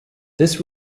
this